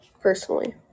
Personally